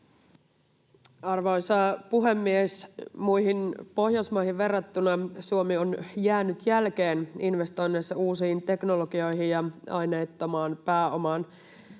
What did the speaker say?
Arvoisa puhemies! Muihin Pohjoismaihin verrattuna Suomi on jäänyt jälkeen investoinneissa uusiin teknologioihin ja aineettomaan pääomaan.